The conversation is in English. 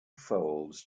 folds